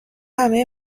همه